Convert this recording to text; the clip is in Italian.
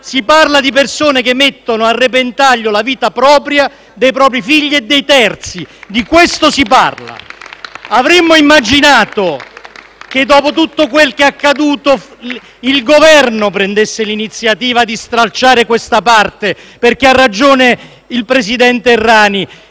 e di persone che mettono a repentaglio la vita propria, dei propri figli e dei terzi: di questo si parla. (Applausi dal Gruppo PD). Avremmo immaginato che, dopo tutto quel che è accaduto, il Governo prendesse l’iniziativa di stralciare questa parte. Ha ragione il presidente Errani: